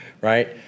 right